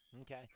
Okay